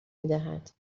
میدهد